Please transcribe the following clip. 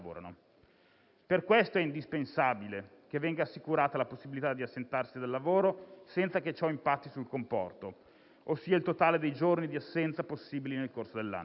Per questo è indispensabile che venga assicurata la possibilità di assentarsi dal lavoro senza che ciò impatti sul comporto, ossia il totale dei giorni di assenza possibili nel corso dell'anno.